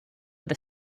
with